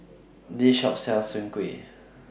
This Shop sells Soon Kuih